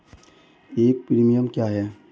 एक प्रीमियम क्या है?